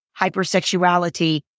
hypersexuality